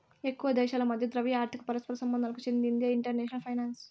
ఎక్కువ దేశాల మధ్య ద్రవ్య, ఆర్థిక పరస్పర సంబంధాలకు చెందిందే ఇంటర్నేషనల్ ఫైనాన్సు